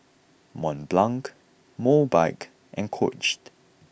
Mont Blanc Mobike and Coached